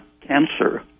cancer